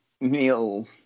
neil